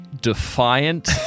Defiant